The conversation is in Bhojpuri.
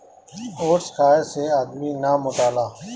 ओट्स खाए से आदमी ना मोटाला